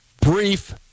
brief